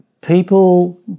people